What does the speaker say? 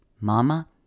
Mama